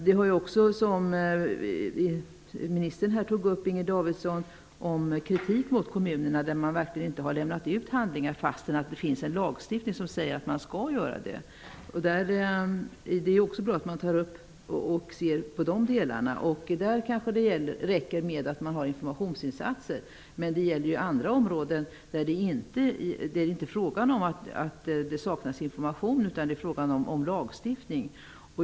Som civilminister Inger Davidson tog upp har också kritik riktats mot kommuner som inte har lämnat ut handlingar trots att det finns lagstiftning som säger att man skall göra detta. Det är bra att man studerar också sådana fall, där det kanske räcker med informationsinsatser. På andra områden är det däremot inte fråga om att det saknas information, och där krävs i stället en lagstiftning.